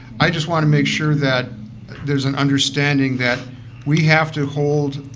i just want to make sure that there's an understanding that we have to hold